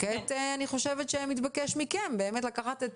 כעת מתבקש מכם לקחת את